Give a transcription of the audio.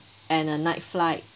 and a night flight